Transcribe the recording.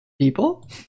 People